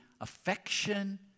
affection